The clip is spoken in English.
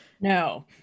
no